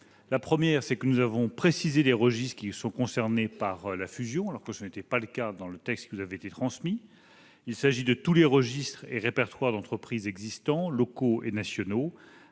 importants. D'abord, nous avons précisé les registres concernés par la fusion, alors que tel n'était pas le cas dans le texte qui vous avait été transmis. Il s'agit de tous les registres et répertoires d'entreprise existants, locaux et nationaux,